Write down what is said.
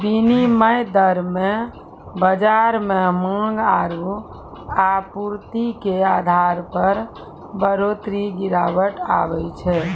विनिमय दर मे बाजार मे मांग आरू आपूर्ति के आधार पर बढ़ोतरी गिरावट आवै छै